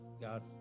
God